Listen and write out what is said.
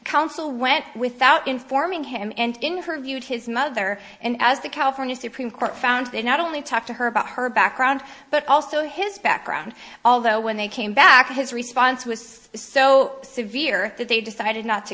counsel went without informing him and interviewed his mother and as the california supreme court found they not only talked to her about her background but also his background although when they came back his response was so severe that they decided not to